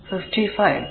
അത് 55Ω